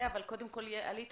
העלית